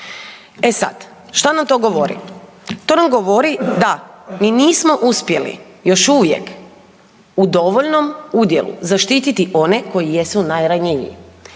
E sad, šta nam to govori? To nam govori da mi nismo uspjeli još uvijek u dovoljnom udjelu zaštiti ti one koji jesu najranjiviji.